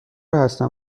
هستم